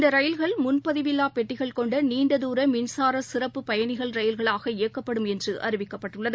இந்தரயில்கள் முன்பதிவில்லாபெட்டிகள் கொண்டநீண்டதூரமின்சாரசிறப்பு பயணிகள் ரயில்களாக இயக்கப்படும் என்றுஅறிவிக்கப்பட்டுள்ளது